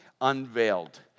unveiled